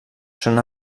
són